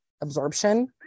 absorption